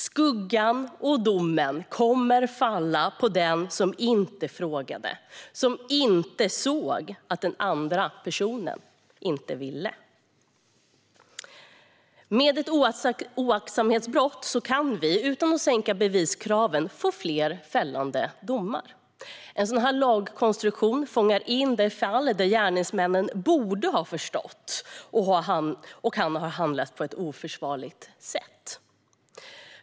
Skuggan och domen kommer att falla på den som inte frågade och som inte såg att den andra personen inte ville. Med ett oaktsamhetsbrott kan vi, utan att sänka beviskraven, få fler fällande domar. En sådan här lagkonstruktion fångar in fall där gärningsmannen borde ha förstått att han handlade på ett oförsvarligt sätt.